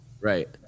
Right